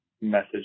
message